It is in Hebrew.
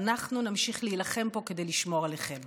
ואנחנו נמשיך להילחם פה כדי לשמור עליכם.